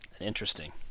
Interesting